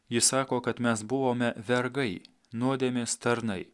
jis sako kad mes buvome vergai nuodėmės tarnai